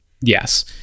yes